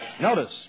notice